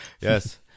Yes